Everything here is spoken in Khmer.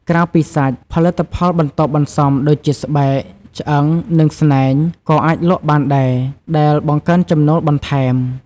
ក្រៅពីសាច់ ផលិតផលបន្ទាប់បន្សំដូចជាស្បែក ឆ្អឹង និងស្នែង ក៏អាចលក់បានដែរ ដែលបង្កើនចំណូលបន្ថែម។